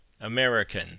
American